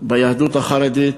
ביהדות החרדית,